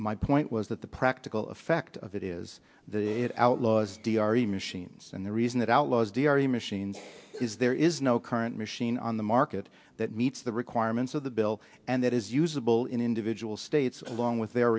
my point was that the practical effect of that is the outlaws deore machines and the reason that outlaws deore machines is there is no current machine on the market that meets the requirements of the bill and that is usable in individual states along with their